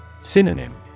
Synonym